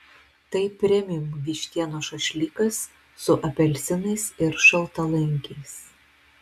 tai premium vištienos šašlykas su apelsinais ir šaltalankiais